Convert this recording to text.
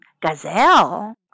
Gazelle